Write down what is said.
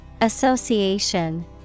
Association